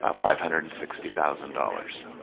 ah five hundred and sixty thousand dollars